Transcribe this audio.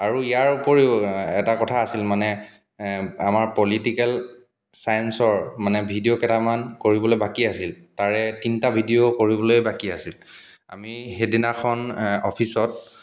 আৰু ইয়াৰ ওপৰিও এটা কথা আছিল মানে আমাৰ পলিটিকেল চায়েঞ্চৰ মানে ভিডিঅ' কেইটামান কৰিবলৈ বাকী আছিল তাৰে তিনিটা ভিডিঅ' কৰিবলৈ বাকী আছিল আমি সেইদিনাখন অফিচত